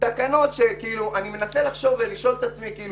תקנות שאני מנסה לחשוב ולשאול את עצמי האם